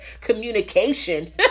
communication